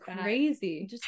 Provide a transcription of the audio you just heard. crazy